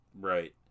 Right